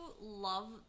love